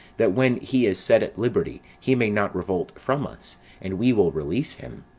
that when he is set at liberty he may not revolt from us, and we will release him.